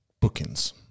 bookings